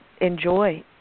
enjoy